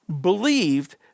believed